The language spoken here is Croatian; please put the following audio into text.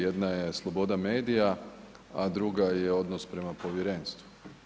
Jedna je sloboda medija, a druga je odnos prema povjerenstvu.